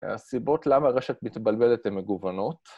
הסיבות למה רשת מתבלבלת הן מגוונות.